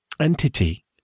entity